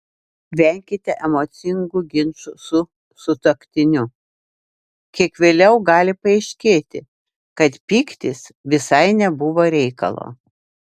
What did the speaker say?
venkite emocingų ginčų su sutuoktiniu kiek vėliau gali paaiškėti kad pyktis visai nebuvo reikalo